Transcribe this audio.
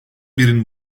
birin